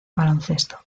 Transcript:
baloncesto